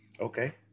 Okay